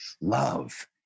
love